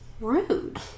Rude